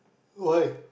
why